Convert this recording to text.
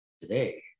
today